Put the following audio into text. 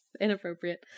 inappropriate